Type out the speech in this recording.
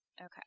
Okay